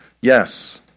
Yes